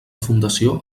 fundació